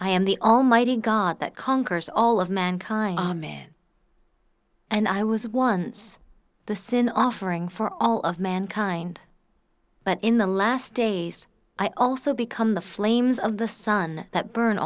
i am the almighty god that conquers all of mankind and i was once the sin offering for all of mankind but in the last days i also become the flames of the sun that burn